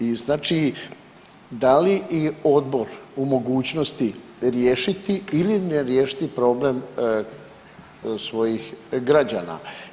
I znači da li i odbor u mogućnosti riješili ili ne riješiti problem svojih građana?